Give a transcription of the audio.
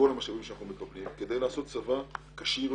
המשאבים שאנחנו מקבלים כדי לעשות צבא כשיר יותר,